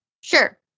Sure